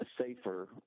safer